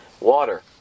water